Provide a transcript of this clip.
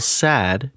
sad